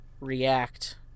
react